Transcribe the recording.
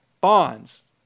Bonds